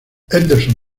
henderson